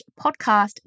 podcast